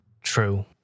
True